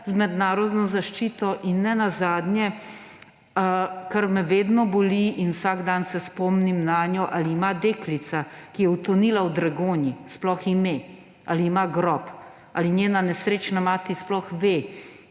z mednarodno zaščito? Nenazadnje, kar me vedno boli in vsak dan se spomnim nanjo: Ali ima deklica, ki je utonila v Dragonji, sploh ime? Ali ima grob? Ali njena nesrečna mati sploh ve,